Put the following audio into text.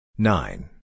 Nine